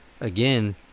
again